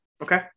okay